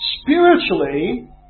spiritually